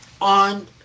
on